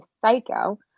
psycho